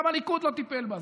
גם הליכוד לא טיפל בה,